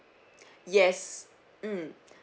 yes mm